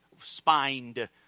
spined